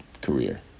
career